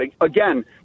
Again